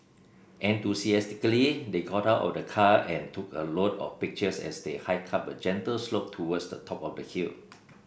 enthusiastically they got out of the car and took a lot of pictures as they hiked up a gentle slope towards the top of the hill